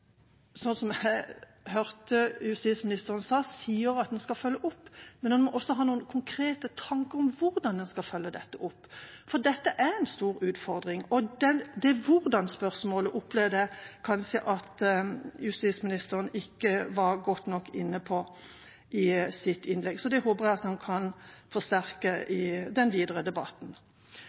jeg hørte justisministeren si, sier at en skal følge opp. Man må også ha noen konkrete tanker om hvordan man skal følge dette opp, for dette er en stor utfordring, og det hvordan-spørsmålet opplevde jeg kanskje at justisministeren ikke var godt nok inne på i sitt innlegg. Jeg håper at han kan forsterke det i den videre debatten.